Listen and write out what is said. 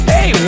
Hey